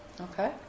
Okay